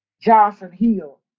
Johnson-Hill